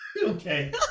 okay